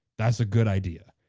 that's a good idea.